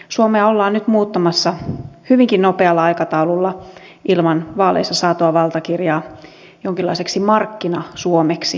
suomea ollaan nyt muuttamassa hyvinkin nopealla aikataululla ilman vaaleissa saatua valtakirjaa jonkinlaiseksi markkina suomeksi